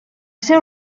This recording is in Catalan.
seu